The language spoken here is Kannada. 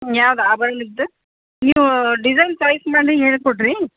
ಹೂಂ ಯಾವ್ದು ಆಭರಣದ್ದು ನೀವು ಡಿಸೈನ್ ಚಾಯ್ಸ್ ಮಾಡಿ ಹೇಳಿಕೊಡ್ರಿ